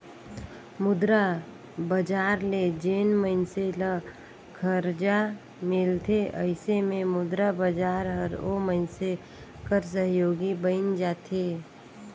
मुद्रा बजार ले जेन मइनसे ल खरजा मिलथे अइसे में मुद्रा बजार हर ओ मइनसे कर सहयोगी बइन जाथे